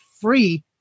free